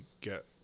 get